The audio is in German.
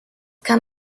kann